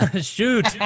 shoot